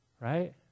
right